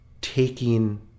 taking